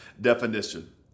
Definition